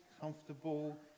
comfortable